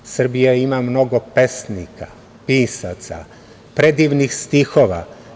Srbija ima mnogo pesnika, pisaca, predivnih stihova.